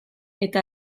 eta